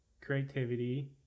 Creativity